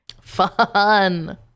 Fun